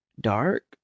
dark